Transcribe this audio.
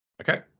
Okay